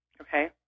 Okay